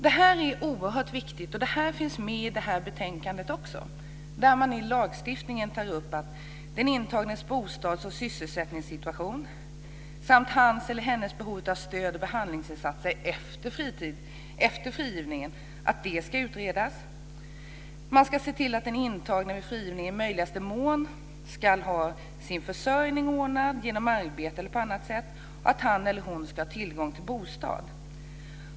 Detta är oerhört viktigt och det finns med också i det här betänkandet. När det gäller lagstiftningen tar man upp den intagnes bostads och sysselsättningssituation samt att hans eller hennes behov av stöd och behandlingsinsatser efter frigivningen ska utredas. Man ska se till att den intagne vid frigivningen i möjligaste mån har sin försörjning ordnad genom arbete eller på annat sätt och att han eller hon har tillgång till bostad.